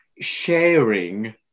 sharing